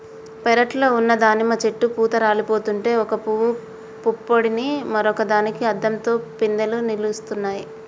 పెరట్లో ఉన్న దానిమ్మ చెట్టు పూత రాలిపోతుంటే ఒక పూవు పుప్పొడిని మరొక దానికి అద్దంతో పిందెలు నిలుస్తున్నాయి